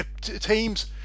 teams